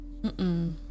Mm-mm